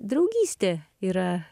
draugystė yra